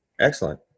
Excellent